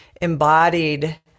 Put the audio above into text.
embodied